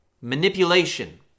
manipulation